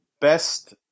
best